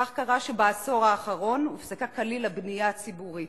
כך קרה שבעשור האחרון הופסקה כליל הבנייה הציבורית.